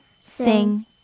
sing